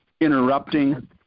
interrupting